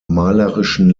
malerischen